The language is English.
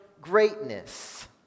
greatness